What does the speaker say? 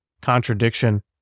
contradiction